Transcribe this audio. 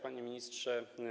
Panie Ministrze!